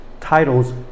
titles